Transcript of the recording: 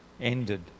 ended